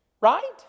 Right